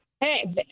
Hey